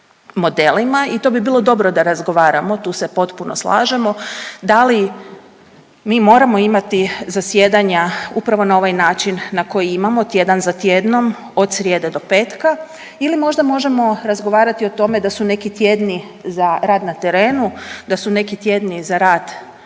i to bi bilo dobro da razgovaramo, tu se potpuno slažemo, da li mi moramo imati zasjedanja upravo na ovaj način na koji imamo, tjedan za tjednom od srijede do petka ili možda možemo razgovarati o tome da su neki tjedni za rad na terenu, da su neki tjedni za rad